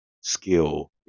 skill